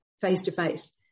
face-to-face